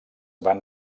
van